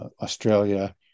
Australia